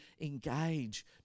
engage